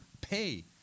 pay